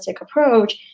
approach